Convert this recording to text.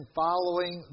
following